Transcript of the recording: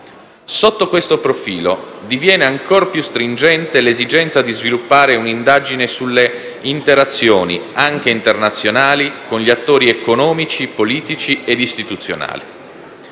Sotto questo profilo, diviene ancor più stringente l'esigenza di sviluppare un'indagine sulle interazioni, anche internazionali, con gli attori economici, politici e istituzionali.